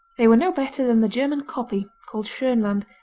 they were no better than the german copy called schonland,